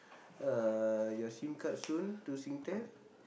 uh your sim card soon to Singtel